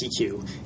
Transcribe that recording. CQ